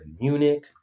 Munich